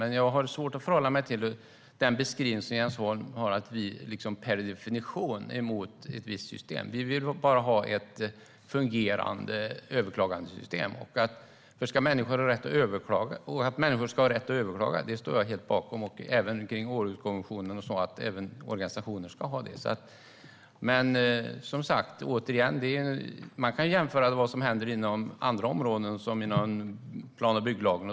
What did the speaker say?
Jag har dock svårt att förhålla mig till Jens Holms beskrivning att vi per definition är emot ett visst system. Vi vill bara ha ett fungerande överklagandesystem. Först ska människor ha rätt att överklaga. Att de ska ha den rätten står jag helt bakom. Denna rätt har även organisationer, enligt Århuskonventionen. Återigen: Man kan jämföra med vad som händer inom andra områden, såsom plan och bygglagen.